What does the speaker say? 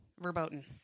Verboten